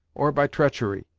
or by treachery.